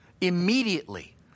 immediately